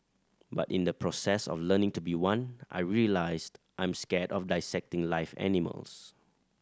but in the process of learning to be one I realised I'm scared of dissecting live animals